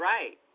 Right